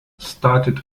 started